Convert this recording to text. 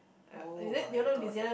oh-my-god